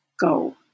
Go